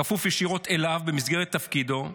כפוף ישירות אליו במסגרת תפקידו.